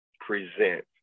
present